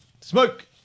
Smoke